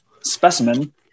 specimen